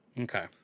Okay